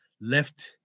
left